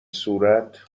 صورت